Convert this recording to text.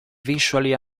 visually